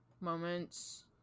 moments